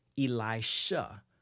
Elisha